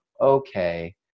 okay